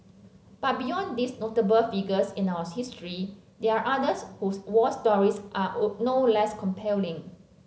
but beyond these notable figures in our history there are others whose war stories are oh no less compelling